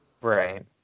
Right